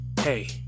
Hey